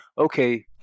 okay